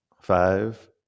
Five